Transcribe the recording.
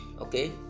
okay